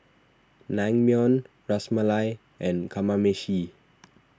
Naengmyeon Ras Malai and Kamameshi